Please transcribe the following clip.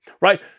right